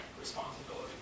responsibility